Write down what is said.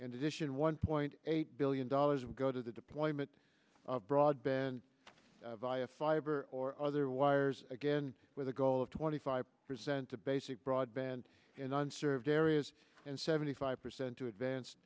in addition one point eight billion dollars would go to the deployment of broadband via fiber or other wires again with the goal of twenty five percent of basic broadband in unserved areas and seventy five percent to advance